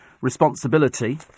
responsibility